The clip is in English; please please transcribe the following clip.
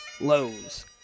Lowe's